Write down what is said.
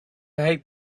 hate